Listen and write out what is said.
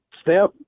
step